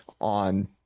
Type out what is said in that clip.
on